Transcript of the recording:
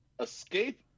Escape